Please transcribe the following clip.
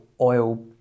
oil